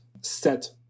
set